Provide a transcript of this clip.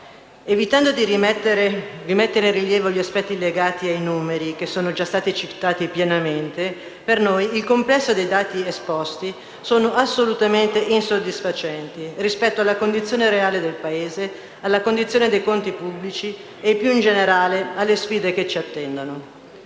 Evitando di mettere in rilievo gli aspetti legati ai numeri, che sono già stati citati ampiamente, per noi il complesso dei dati esposti è assolutamente insoddisfacente rispetto alla condizione reale del Paese, alla condizione dei conti pubblici e, più in generale, alle sfide che ci attendono.